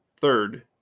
Third